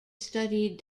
studied